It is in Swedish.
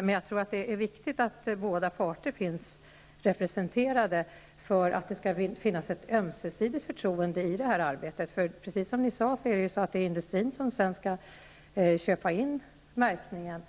De är viktigt att båda parter är representerade, om det skall skapas ett ömsesidigt förtroende i detta arbete. Precis som ni sade skall industrin sedan köpa in märkningen.